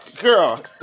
girl